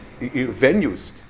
venues